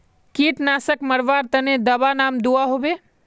कीटनाशक मरवार तने दाबा दुआहोबे?